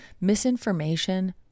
misinformation